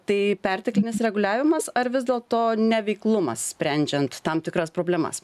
tai perteklinis reguliavimas ar vis dėlto neveiklumas sprendžiant tam tikras problemas